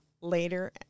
later